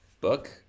book